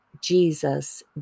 Jesus